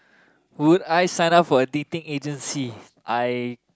would I sign up for a dating agency I